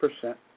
percent